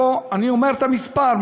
פה אני אומר את המספר,